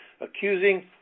accusing